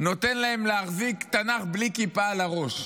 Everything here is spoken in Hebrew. נותן להם להחזיק תנ"ך בלי כיפה על הראש.